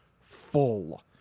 full